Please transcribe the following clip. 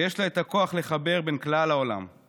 ויש לה את הכוח לחבר בין כלל יהודי העולם.